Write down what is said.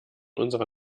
unserer